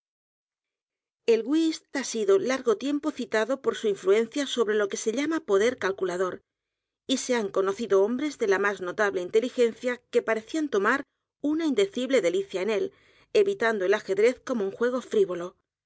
el whist ha sido largo tiempo citado por su influencia sobre lo que se llama poder calculador y se han conocido hombres de la más notable inteligencia que parecían tomar una indecible delicia en él evitando el ajedrez como un juego frivolo